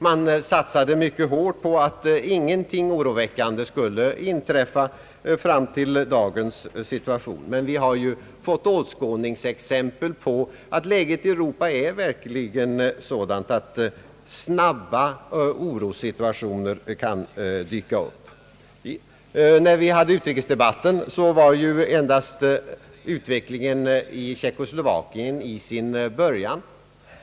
Man satsade hårt på att ingenting oroväckande skulle inträffa fram till dagens situation. Men vi har ju fått åskådningsexempel på att läget i Europa är sådant, att orossituationer snabbt kan uppstå. När vi hade utrikesdebatten var utvecklingen i Tjeckoslovakien endast i sin början.